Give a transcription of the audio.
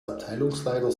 abteilungsleiter